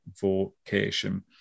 vocation